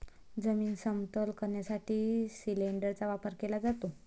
जमीन समतल करण्यासाठी सिलिंडरचा वापर केला जातो